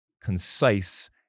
concise